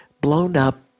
blown-up